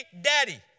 daddy